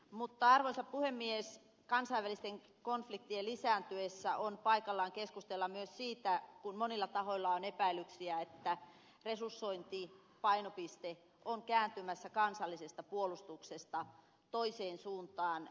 mutta arvoisa puhemies kansainvälisten konfliktien lisääntyessä on paikallaan keskustella myös siitä että monilla tahoilla on epäilyksiä että resursointipainopiste on kääntymässä kansallisesta puolustuksesta toiseen suuntaan